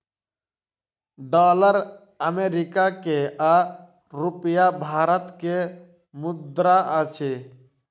dollar America के आ रूपया भारत के मुद्रा अछि